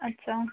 अच्छा